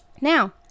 Now